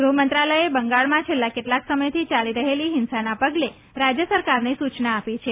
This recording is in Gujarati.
ગૃહમંત્રાલયે બંગાળમાં છેલ્લા કેટલાક સમયથી ચાલી રહેલી હિંસાના પગલે રાજ્ય સરકારને સૂચના આપી છે